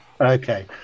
okay